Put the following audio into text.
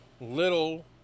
little